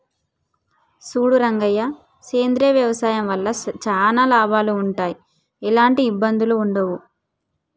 సూడు రంగయ్య సేంద్రియ వ్యవసాయం వల్ల చానా లాభాలు వుంటయ్, ఎలాంటి ఇబ్బందులూ వుండయి